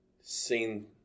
seen